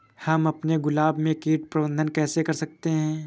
हम अपने गुलाब में कीट प्रबंधन कैसे कर सकते है?